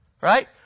right